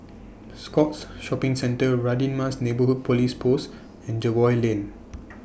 Scotts Shopping Centre Radin Mas Neighbourhood Police Post and Jervois Lane